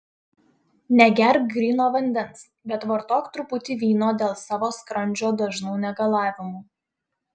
negerk gryno vandens bet vartok truputį vyno dėl savo skrandžio dažnų negalavimų